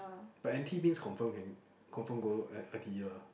but N_T means confirm can confirm go I I_T_E lah